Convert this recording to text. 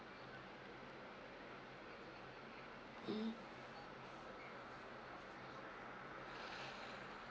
mm